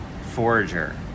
forager